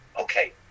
okay